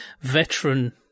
veteran